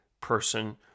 person